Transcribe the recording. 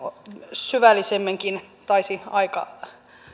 syvällisemminkin taisi aika